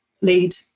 lead